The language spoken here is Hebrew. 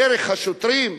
דרך השוטרים?